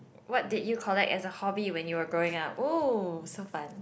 what did you collect as a hobby when you were growing up oh so fun